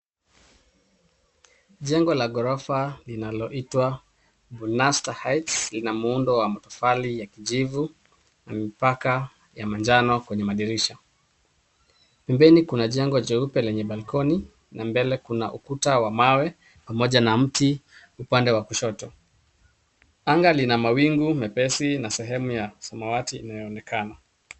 Jengo la ghorofa linaloitwa Bunasta Heights lina muundo wa matofali ya kijivu na mipaka ya manjano kwenye madirisha. Pembeni kuna jengo jeupe lenye balkoni na mbele kuna ukuta wa mawe pamoja na mti upande wa kushoto. Anga lina mawingu meusi na sehemu ya samawati inayoonekana.